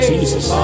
Jesus